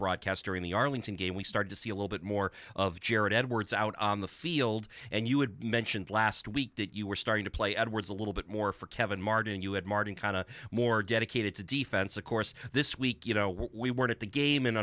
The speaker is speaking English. broadcast during the arlington game we start to see a little bit more of jared edwards out on the field and you had mentioned last week that you were starting to play edwards a little bit more for kevin martin you had martin kind of more dedicated to defense of course this week you know we weren't at the game an